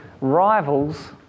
rivals